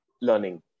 learning